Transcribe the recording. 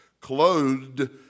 Clothed